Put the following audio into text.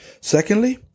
Secondly